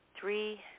three